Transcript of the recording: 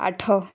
ଆଠ